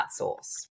outsource